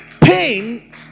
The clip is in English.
pain